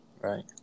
right